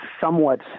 somewhat